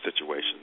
situations